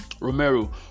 Romero